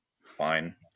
fine